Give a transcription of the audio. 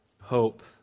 hope